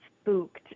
spooked